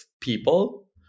people